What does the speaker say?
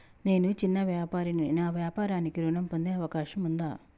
నేను చిన్న వ్యాపారిని నా వ్యాపారానికి ఋణం పొందే అవకాశం ఉందా?